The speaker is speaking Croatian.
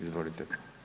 Izvolite.